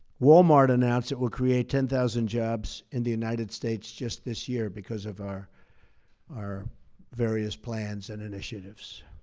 walmart announced it will create ten thousand jobs in the united states just this year because of our our various plans and initiatives.